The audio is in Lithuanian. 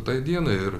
tai dienai ir